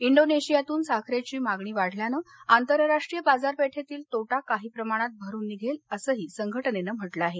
इंडोनेशियातून साखरेची मागणी वाढल्यानं आंतरराष्ट्रीय बाजारपेठेतील तोटा काही प्रमाणात भरून निधेल असं संघटनेनं म्हटलं आहे